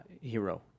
hero